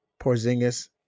Porzingis